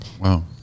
wow